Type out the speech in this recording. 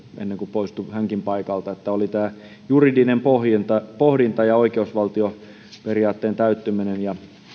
ennen kuin poistui hänkin paikalta että oli tämä juridinen pohdinta ja oikeusvaltioperiaatteen täyttyminen ja